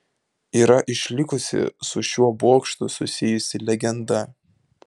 yra išlikusi su šiuo bokštu susijusi legenda